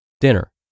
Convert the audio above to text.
Dinner